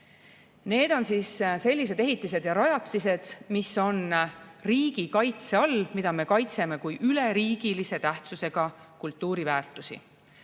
Need on sellised ehitised ja rajatised, mis on riigi kaitse all, mida me kaitseme kui üleriigilise tähtsusega kultuuriväärtusi.